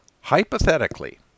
hypothetically